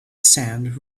sand